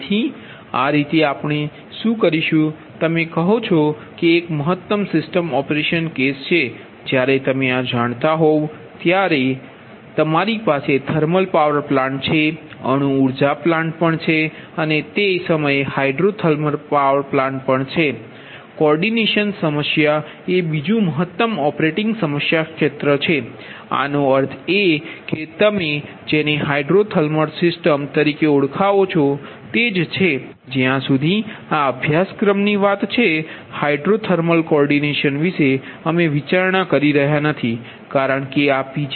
તેથી આ રીતે આપણે શું કરીશું તે તમે કહો છો કે એક મહત્તમ સિસ્ટમ ઓપરેશન કેસ છે જ્યારે તમે આ જાણતા હોવ ત્યારે જ્યારે તમારી પાસે થર્મલ પાવર પ્લાન્ટ છે અણુ ઉર્જા પ્લાન્ટ પણ છે અને તે સમયે હાઇડ્રોથર્મલ પાવર પ્લાન્ટ પણ છે કોઓર્ડિનેશન સમસ્યા એ બીજું મહત્તમ ઓપરેટિંગ સમસ્યા ક્ષેત્ર છે આનો અર્થ એ છે કે તમે જેને હાઈડ્રોથર્મલ સિસ્ટમ તરીકે ઓળખાવો છો તે જ છે જ્યાં સુધી આ અભ્યાસક્રમની વાત છે હાઇડ્રોથર્મલ કોઓર્ડિનેશન વિશે અમે વિચારણા કરી રહ્યા નથી કારણ કે આ પી